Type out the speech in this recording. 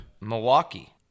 Milwaukee